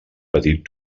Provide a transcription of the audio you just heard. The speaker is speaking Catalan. petit